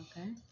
Okay